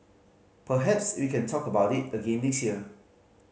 perhaps we can talk about it again next year